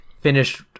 finished